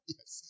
Yes